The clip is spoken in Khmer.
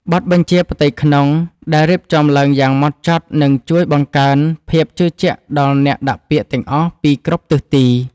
បទបញ្ជាផ្ទៃក្នុងដែលរៀបចំឡើងយ៉ាងម៉ត់ចត់នឹងជួយបង្កើនភាពជឿជាក់ដល់អ្នកដាក់ពាក្យទាំងអស់ពីគ្រប់ទិសទី។